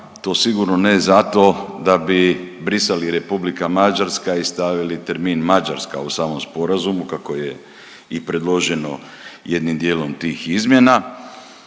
to sigurno ne zato da bi brisali Republika Mađarska i stavili termin Mađarska u samom sporazumu kako je i predloženo jednim dijelom tih izmjena,